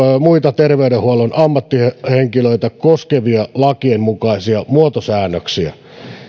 muita terveydenhuollon ammattihenkilöitä koskevia lakien mukaisia muotosäännöksiä